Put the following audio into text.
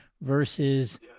versus